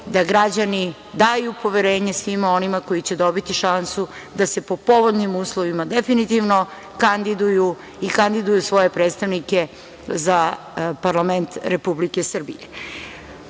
da građani daju poverenje svima onima koji će dobiti šansu da se po povoljnim uslovima definitivno kandiduju i kandiduju svoje predstavnike za parlament Republike Srbije. Da